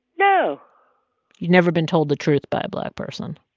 no you'd never been told the truth by a black person?